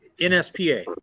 NSPA